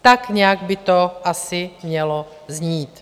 Tak nějak by to asi mělo znít.